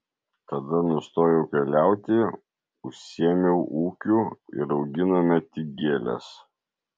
tada nustojau keliauti užsiėmiau ūkiu ir auginome tik gėles